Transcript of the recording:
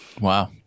Wow